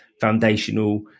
Foundational